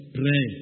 pray